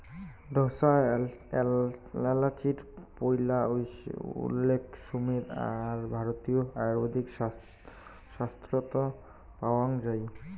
ঢোসা এ্যালাচির পৈলা উল্লেখ সুমের আর ভারতীয় আয়ুর্বেদিক শাস্ত্রত পাওয়াং যাই